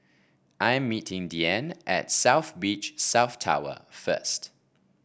I am meeting Deanne at South Beach South Tower first